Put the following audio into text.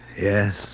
Yes